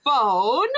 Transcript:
phone